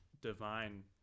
divine